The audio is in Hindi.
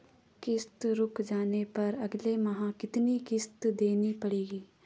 किश्त रुक जाने पर अगले माह कितनी किश्त देनी पड़ेगी?